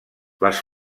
les